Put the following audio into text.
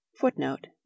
footnote